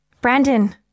Brandon